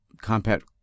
compact